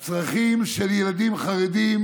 הצרכים של ילדים חרדים